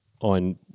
on